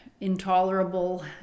intolerable